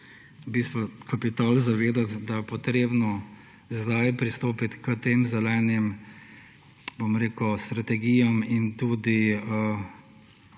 v bistvu kapital zavedati, da je potrebno zdaj pristopiti k tem zelenim strategijam in tudi